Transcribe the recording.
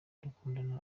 dukundana